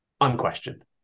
Unquestioned